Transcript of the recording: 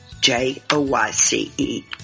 J-O-Y-C-E